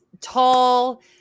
tall